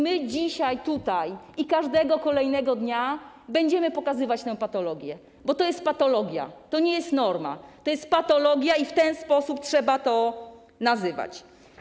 My tutaj dzisiaj i każdego kolejnego dnia będziemy pokazywać tę patologię, bo to jest patologia, to nie jest norma, to jest patologia i w ten sposób trzeba to nazywać.